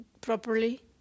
properly